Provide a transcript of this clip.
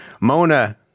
Mona